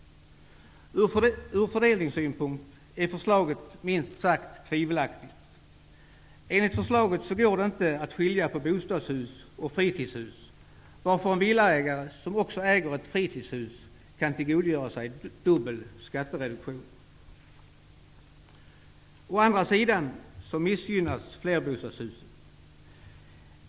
Ur fördelningssynpunkt är förslaget minst sagt tvivelaktigt. Enligt förslaget går det inte att skilja mellan bostadshus och fritidshus, varför en villaägare som också äger ett fritidshus kan tillgodogöra sig dubbel skattereduktion. Å andra sidan missgynnas flerbostadshusen.